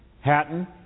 Hatton